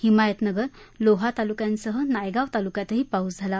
हिमायतनगर लोहा तालुक्यांसह नायगाव तालुक्यातही पाऊस झाला